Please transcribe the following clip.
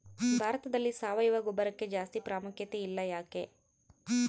ಭಾರತದಲ್ಲಿ ಸಾವಯವ ಗೊಬ್ಬರಕ್ಕೆ ಜಾಸ್ತಿ ಪ್ರಾಮುಖ್ಯತೆ ಇಲ್ಲ ಯಾಕೆ?